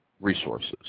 resources